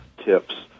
tips